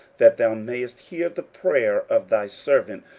that thou mayest hear the prayer of thy servant,